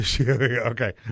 Okay